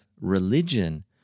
religion